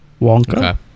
Wonka